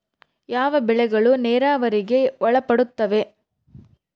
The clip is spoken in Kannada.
ಯಾವ ಬೆಳೆಗಳು ನೇರಾವರಿಗೆ ಒಳಪಡುತ್ತವೆ?